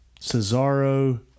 Cesaro